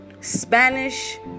Spanish